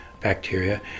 bacteria